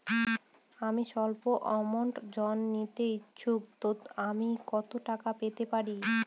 আমি সল্প আমৌন্ট ঋণ নিতে ইচ্ছুক তো আমি কত টাকা পেতে পারি?